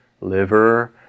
liver